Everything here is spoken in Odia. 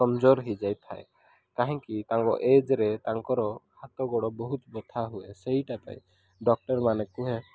କମଜୋର୍ ହେଇଯାଇଥାଏ କାହିଁକି ତାଙ୍କ ଏଜ୍ରେ ତାଙ୍କର ହାତ ଗୋଡ଼ ବହୁତ ବଥା ହୁଏ ସେଇଟା ପାଇଁ ଡକ୍ଟର୍ ମାନେ କୁହେ